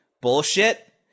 bullshit